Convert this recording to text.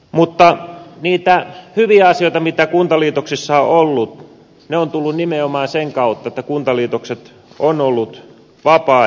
mutta ne hyvät asiat joita kuntaliitoksissa on ollut ovat tulleet nimenomaan sen kautta että kuntaliitokset ovat olleet vapaaehtoisia